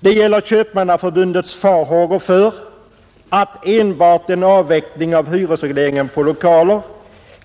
Det gäller Köpmannaförbundets farhågor för att enbart en avveckling av hyresregleringen på lokaler